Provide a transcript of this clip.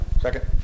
Second